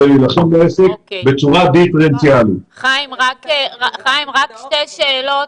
יש כאן שתי שאלות,